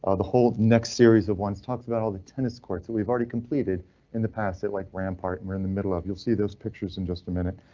ah the whole next series of ones talked about all the tennis courts that we've already completed in the past. it like rampart, and we're in the middle of you'll see those pictures in just a minute.